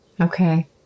Okay